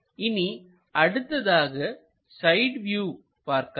இனி அடுத்ததாக side view பார்க்கலாம்